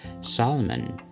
Solomon